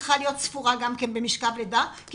צריכה להיות ספורה גם כן במשכב לידה כי